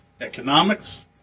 Economics